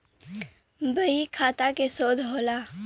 बहीखाता के शोध होला